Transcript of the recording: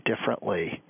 differently